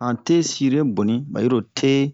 han the sire boni bayiro the